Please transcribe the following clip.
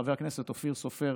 חבר הכנסת אופיר סופר